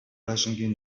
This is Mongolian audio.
байшингийн